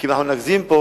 כי אם אנחנו נגזים פה